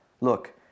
Look